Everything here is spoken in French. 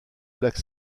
black